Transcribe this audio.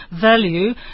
value